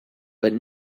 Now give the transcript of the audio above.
but